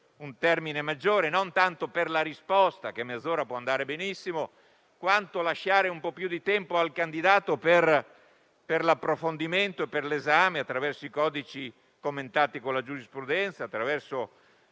un termine maggiore, non tanto per la risposta (mezz'ora può andare benissimo), quanto per lasciare un po' più di tempo al candidato per l'approfondimento e per l'esame attraverso i codici commentati con la giurisprudenza, attraverso